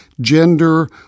gender